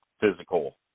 physical